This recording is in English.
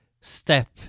step